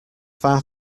far